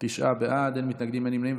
תשעה בעד, אין מתנגדים, אין נמנעים.